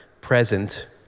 present